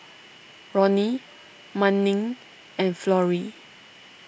Roni Manning and Florrie